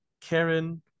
karen